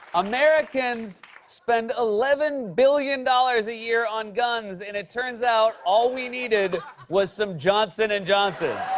americans spend eleven billion dollars a year on guns and it turns out all we needed was some johnson and johnson.